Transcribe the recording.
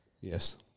Yes